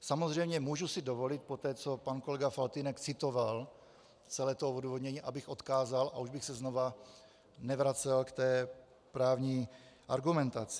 Samozřejmě můžu si dovolit poté, co pan kolega Faltýnek citoval celé to odůvodnění, abych na to odkázal a už bych se znovu nevracel k té právní argumentaci.